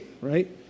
right